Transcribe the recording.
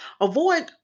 Avoid